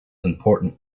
important